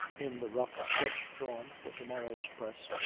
in the rough sketch drawn for to-morrow's press,